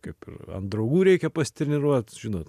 kaip ir ant draugų reikia pasitreniruot žinot